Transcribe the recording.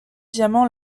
diamant